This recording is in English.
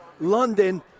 London